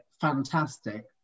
fantastic